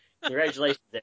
Congratulations